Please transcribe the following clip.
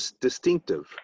distinctive